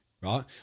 right